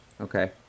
Okay